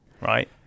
right